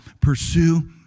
Pursue